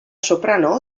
soprano